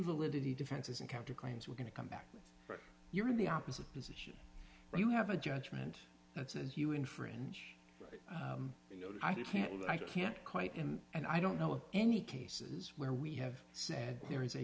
invalidity differences in counterclaims we're going to come back with but you're in the opposite position where you have a judgment that says you infringe you know i just can't i can't quite him and i don't know of any cases where we have said there is a